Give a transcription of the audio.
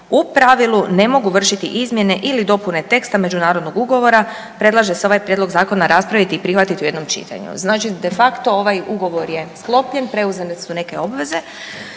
u pravilu ne mogu vršiti izmjene ili dopune teksta međunarodnog ugovora, predlaže se ovaj Prijedlog zakona raspraviti i prihvatiti u jednom čitanju. Znači de facto ovaj ugovor je sklopljen, preuzete su neke obveze,